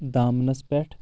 دامنس پٮ۪ٹھ